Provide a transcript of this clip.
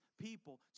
people